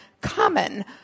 common